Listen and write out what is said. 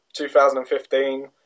2015